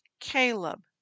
Caleb